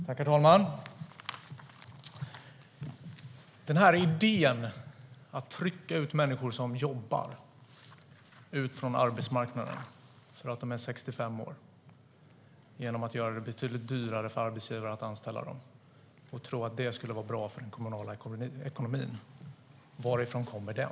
Herr talman! Den här idén att trycka ut människor som jobbar från arbetsmarknaden för att de är 65 genom att göra det betydligt dyrare för arbetsgivare att anställa dem och tro att det skulle vara bra för den kommunala ekonomin, varifrån kommer den?